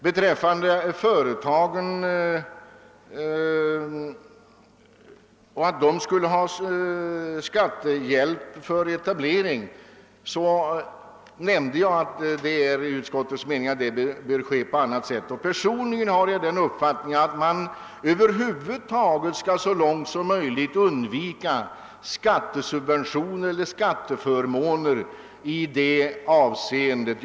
Beträffande <skattehjälp till företagens etablering nämnde jag att det är utskottets mening att denna bör främjas på annat sätt. Personligen har jag den uppfattningen att man så långt som möjligt skall undvika skatteförmåner i det avseendet.